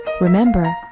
Remember